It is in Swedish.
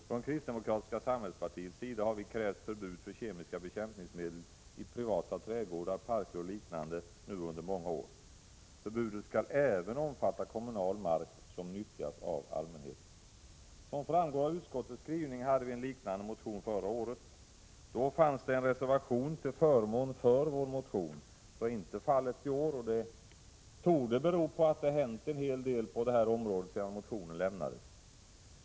Från kristdemokratiska samhällspartiets sida har vi under många år krävt förbud mot kemiska bekämpningsmedel i privata trädgårdar, parker och liknande. Förbudet skall även omfatta kommunal mark som nyttjas av allmänheten. Som framgår av utskottets skrivning väckte vi en liknande motion förra året. Då fanns det en reservation till förmån för vår motion. Så är inte fallet i år, och det torde bero på att det hänt en hel del på det här området sedan motionen väcktes.